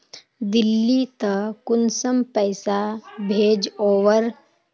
दिल्ली त कुंसम पैसा भेज ओवर?